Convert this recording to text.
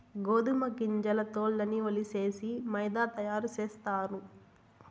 గోదుమ గింజల తోల్లన్నీ ఒలిసేసి మైదా తయారు సేస్తారు